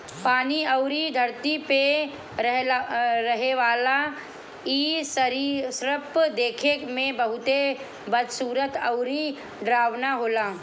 पानी अउरी धरती पे रहेवाला इ सरीसृप देखे में बहुते बदसूरत अउरी डरावना होला